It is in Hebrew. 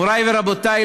מוריי ורבותיי,